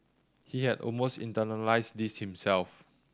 he has almost internalised this himself